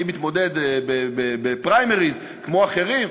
אני מתמודד בפריימריז כמו אחרים,